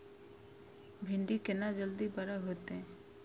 भिंडी केना जल्दी बड़ा होते?